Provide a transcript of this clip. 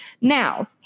Now